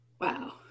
Wow